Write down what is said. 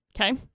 Okay